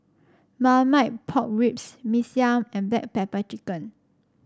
Marmite Pork Ribs Mee Siam and Black Pepper Chicken